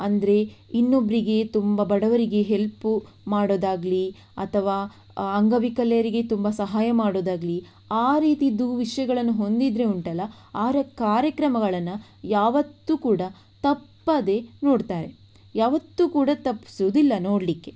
ಅಂದರೆ ಇನ್ನೊಬ್ಬರಿಗೆ ತುಂಬ ಬಡವರಿಗೆ ಹೆಲ್ಪ್ ಮಾಡೋದಾಗಲಿ ಅಥವಾ ಅಂಗವಿಕಲರಿಗೆ ತುಂಬ ಸಹಾಯ ಮಾಡೋದಾಗಲಿ ಆ ರೀತಿಯದ್ದು ವಿಷಯಗಳನ್ನು ಹೊಂದಿದ್ದರೆ ಉಂಟಲ್ಲ ಆ ರ ಕಾರ್ಯಕ್ರಮಗಳನ್ನು ಯಾವತ್ತೂ ಕೂಡ ತಪ್ಪದೆ ನೋಡ್ತಾರೆ ಯಾವತ್ತೂ ಕೂಡ ತಪ್ಸೋದಿಲ್ಲ ನೋಡಲಿಕ್ಕೆ